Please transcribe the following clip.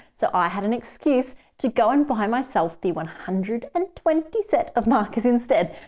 so i had an excuse to go and buy myself the one hundred and twenty set of markers instead.